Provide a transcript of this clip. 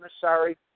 sorry